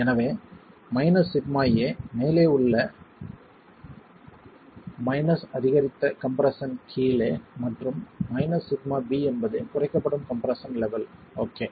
எனவே σa மேலே மற்றும் மைனஸ் அதிகரித்த கம்ப்ரெஸ்ஸன் கீழே மற்றும் σb என்பது குறைக்கப்படும் கம்ப்ரெஸ்ஸன் லெவல் ஓகே